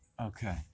Okay